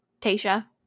Tasha